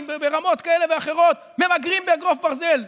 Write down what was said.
ברמות כאלה ואחרות ממגרים באגרוף ברזל.